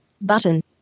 Button